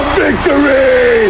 victory